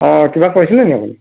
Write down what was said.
অঁ কিবা কৈছিলেনি আপুনি